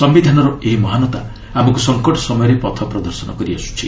ସମ୍ଭିଧାନର ଏହି ମହାନତା ଆମକୁ ସଙ୍କଟ ସମୟରେ ପଥ ପ୍ରଦର୍ଶନ କରିଆସ୍ବଛି